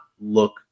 look